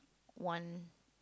one